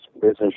business